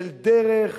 של דרך,